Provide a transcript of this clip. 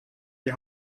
die